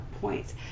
points